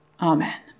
Amen